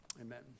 Amen